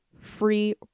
free